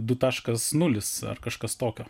du taškas nulis ar kažkas tokio